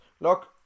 look